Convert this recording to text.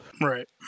Right